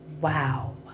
Wow